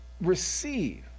receive